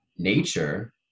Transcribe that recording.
Nature